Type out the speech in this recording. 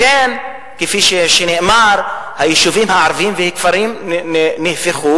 לכן, כפי שנאמר, היישובים הערביים והכפרים נהפכו